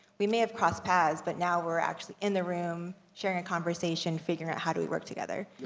we may have cross paths, but now we're actually in the room, sharing a conversation, figuring out how do we work together. yeah.